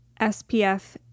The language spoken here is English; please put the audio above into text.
SPF